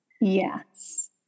Yes